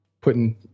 putting